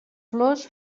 flors